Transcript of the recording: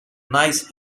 nice